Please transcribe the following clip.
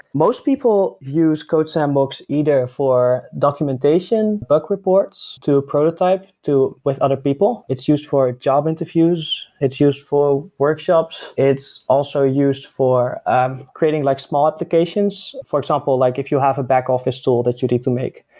most people use codesandbox either for documentation, bug reports to a prototype, to with other people. it's used for job interviews, it's used for workshops, it's also used for um creating like small applications. for example, like if you have a back office tool that you need to make.